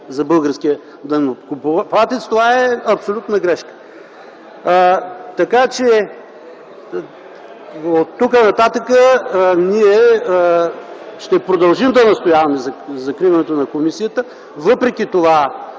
за българския данъкоплатец. Това е абсолютна грешка! Така че, оттук нататък ние ще продължим да настояваме за закриването на комисията, въпреки че